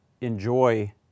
enjoy